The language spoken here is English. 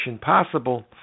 possible